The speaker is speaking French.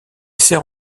sert